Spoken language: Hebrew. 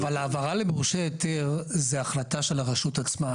אבל ההעברה למורשה היתר זו החלטה של הרשות עצמה,